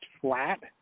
flat